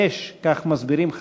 האש, כך מסבירים חכמינו,